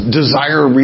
desire